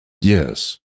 Yes